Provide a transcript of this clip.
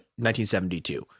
1972